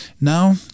Now